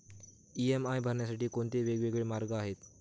EMI भरण्यासाठी कोणते वेगवेगळे मार्ग आहेत?